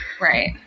Right